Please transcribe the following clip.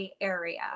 area